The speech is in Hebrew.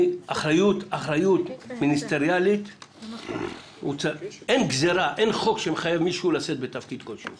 אחריות מיניסטריאלית אין יש חוק שמחייב מישהו לשאת בתפקיד כלשהו.